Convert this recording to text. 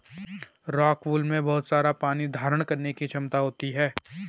rockwool में बहुत सारा पानी धारण करने की क्षमता होती है